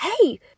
hey